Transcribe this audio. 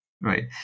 Right